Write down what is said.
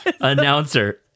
Announcer